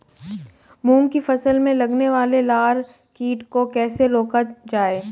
मूंग की फसल में लगने वाले लार कीट को कैसे रोका जाए?